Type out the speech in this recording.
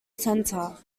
center